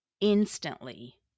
instantly